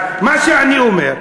אז מה שאני אומר: